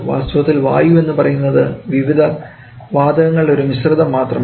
വാസ്തവത്തിൽ വായു എന്ന് പറയുന്നത് വിവിധ വാതകങ്ങളുടെ ഒരു മിശ്രിതം മാത്രമാണ്